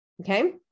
okay